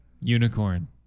Unicorn